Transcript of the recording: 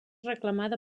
reclamada